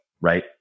right